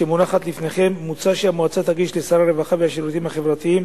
המונחת לפניכם מוצע שהמועצה תגיש לשר הרווחה והשירותים החברתיים